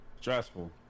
Stressful